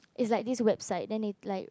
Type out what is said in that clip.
is like this website then it like